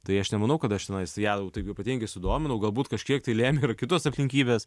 tai aš nemanau kad aš tenais ją jau taip ypatingai sudominau galbūt kažkiek tai lėmė ir kitos aplinkybės